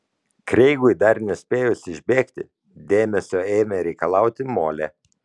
kreigui dar nespėjus išbėgti dėmesio ėmė reikalauti molė